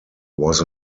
was